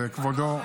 זה כבודו ורצונו.